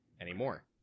anymore